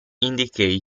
indicate